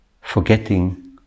forgetting